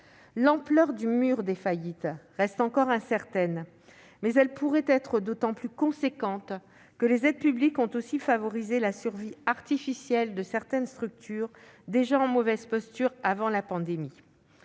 L'ampleur du « mur des faillites » reste encore incertaine, mais elle pourrait être d'autant plus importante que les aides publiques ont aussi favorisé la survie artificielle de certaines structures qui étaient déjà en mauvaise posture avant la pandémie.